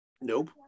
Nope